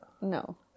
No